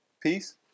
peace